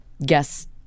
Guess